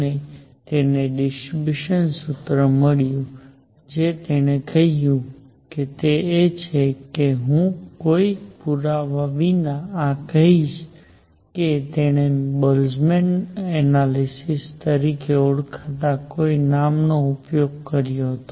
અને તેને ડિસ્ટ્રિબ્યૂશન સૂત્ર મળ્યું જે તેણે કહ્યું તે એ છે કે હું કોઈ પુરાવા વિના આ કહીશ કે તેણે બોલ્ટ્ઝમેનના એનાલિસિસBoltzmann's analysisતરીકે ઓળખાતા કોઈ નામનો ઉપયોગ કર્યો હતો